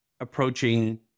approaching